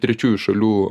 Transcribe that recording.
trečiųjų šalių